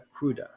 cruda